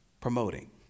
promoting